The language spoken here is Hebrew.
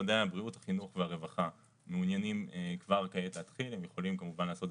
משרד האוצר גם צריך לתעדף את